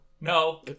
no